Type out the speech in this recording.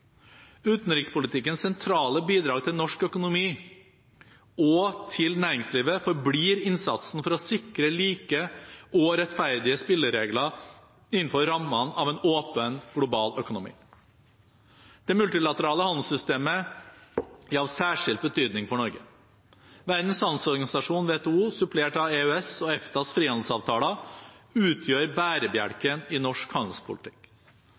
Utenrikspolitikkens sentrale bidrag til norsk økonomi, og til næringslivet, forblir innsatsen for å sikre like og rettferdige spilleregler innenfor rammene av en åpen global økonomi. Det multilaterale handelssystemet er av særskilt betydning for Norge. Verdens handelsorganisasjon, WTO, supplert av EØS og EFTAs frihandelsavtaler, utgjør bærebjelken i norsk handelspolitikk.